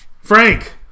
Frank